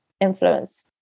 influence